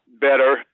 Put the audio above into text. better